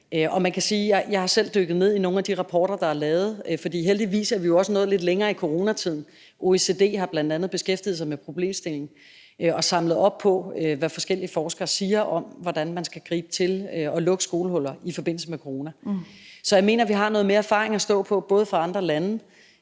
Jeg er selv dykket ned i nogle af de rapporter, der er lavet – heldigvis er vi jo nået lidt længere hen i coronatiden. OECD har bl.a. beskæftiget sig med problemstillingen og samlet op på, hvad forskellige forskere siger om, hvordan man skal gribe an at lukke skolehuller i forbindelse med corona. Så jeg mener, at vi har noget mere erfaring at stå på, både fra andre lande,